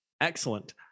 Excellent